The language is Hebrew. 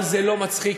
אבל זה לא מצחיק,